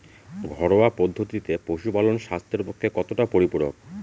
ঘরোয়া পদ্ধতিতে পশুপালন স্বাস্থ্যের পক্ষে কতটা পরিপূরক?